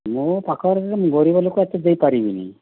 ମୋ ପାଖରେ ମୁଁ ଗରିବ ଲୋକ ଏତେ ଦେଇପାରିବିନି